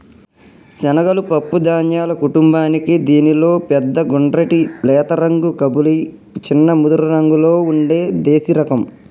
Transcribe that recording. శనగలు పప్పు ధాన్యాల కుటుంబానికీ దీనిలో పెద్ద గుండ్రటి లేత రంగు కబూలి, చిన్న ముదురురంగులో ఉండే దేశిరకం